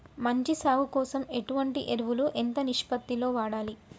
మంచి సాగు కోసం ఎటువంటి ఎరువులు ఎంత నిష్పత్తి లో వాడాలి?